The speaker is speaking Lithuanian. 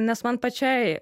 nes man pačiai